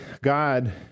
God